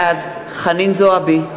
בעד חנין זועבי,